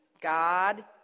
God